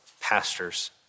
pastors